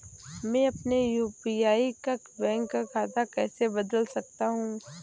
मैं अपने यू.पी.आई का बैंक खाता कैसे बदल सकता हूँ?